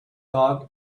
dog